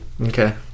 Okay